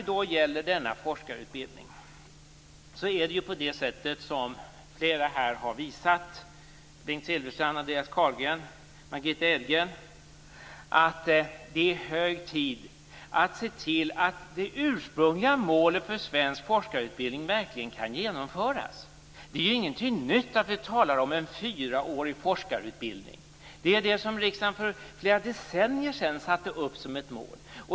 När det gäller denna forskarutbildning är det så - som Bengt Silverstrand, Andreas Carlgren och Margitta Edgren har visat - att det är hög tid att se till att det ursprungliga målet för svensk forskarutbildning verkligen kan genomföras. Det är ingenting nytt att vi talar om en fyraårig forskarutbildning. Det satte riksdagen för flera decennier sedan upp som ett mål.